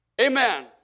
Amen